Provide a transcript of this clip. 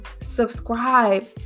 subscribe